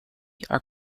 are